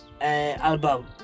album